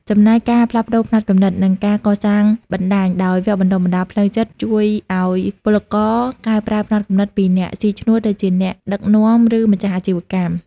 ចំណែកការផ្លាស់ប្តូរផ្នត់គំនិត និងការកសាងបណ្តាញ ដោយវគ្គបណ្តុះបណ្តាលផ្លូវចិត្ត ជួយឲ្យពលករកែប្រែផ្នត់គំនិតពីអ្នកស៊ីឈ្នួលទៅជាអ្នកដឹកនាំ ឬម្ចាស់អាជីវកម្ម។